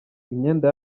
imyenda